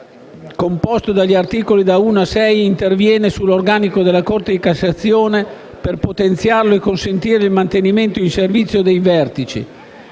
Il Capo I, composto dagli articoli da 1 a 6, interviene sull'organico della Corte di cassazione per potenziarlo e consentire il mantenimento in servizio dei vertici;